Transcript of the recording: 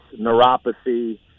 neuropathy